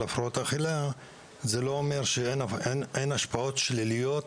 הפרעות אכילה זה לא אומר שאין השפעות שליליות,